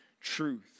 truth